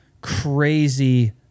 crazy